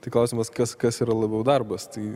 tai klausimas kas kas yra labiau darbas tai